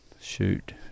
shoot